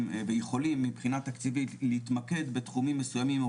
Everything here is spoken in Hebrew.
ויכולים מבחינה תקציבית להתמקד בתחומים מסוימים או